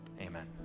amen